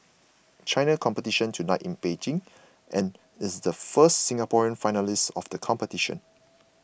China competition tonight in Beijing and is the first Singaporean finalist of the competition